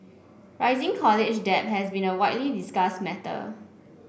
rising college debt has been a widely discussed matter